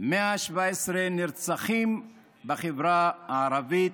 117 נרצחים בחברה הערבית,